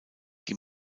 die